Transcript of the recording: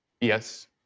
Yes